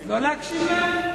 אז לא להקשיב להם?